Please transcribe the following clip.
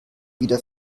wieder